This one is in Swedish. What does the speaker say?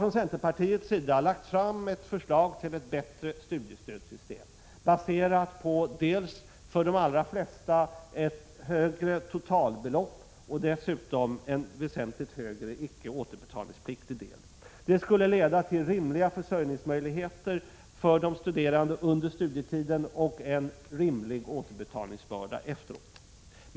Från centerpartiets sida har vi lagt fram ett förslag till ett bättre studiestödssystem, baserat på dels ett för de allra flesta högre totalbelopp, dels en väsentligt högre icke återbetalningspliktig del. Det skulle leda till rimliga försörjningsmöjligheter för de studerande under studietiden och en rimlig återbetalningsbörda efteråt.